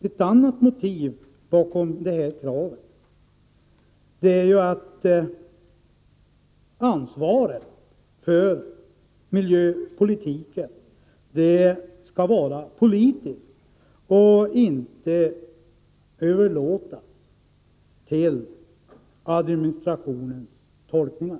Ett annat motiv bakom detta krav är ju att ansvaret för miljöpolitiken skall vara politiskt och inte överlåtas till administrationens tolkningar.